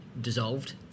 dissolved